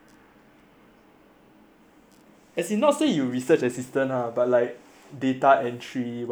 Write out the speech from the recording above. as in not say you research assistant lah but like data entry whatever